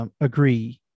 agree